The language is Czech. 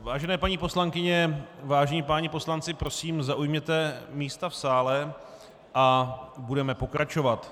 Vážené paní poslankyně, vážení páni poslanci, prosím, zaujměte místa v sále a budeme pokračovat.